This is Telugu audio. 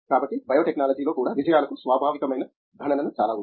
కాబట్టి బయోటెక్నాలజీలో కూడా విజయాలకు స్వాభావికమైన గణన చాలా ఉంది